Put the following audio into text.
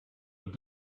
have